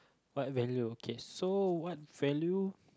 what value okay so what value